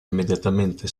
immediatamente